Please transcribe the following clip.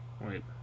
Wait